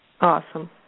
Awesome